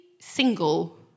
single